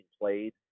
played